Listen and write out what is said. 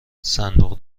صندوق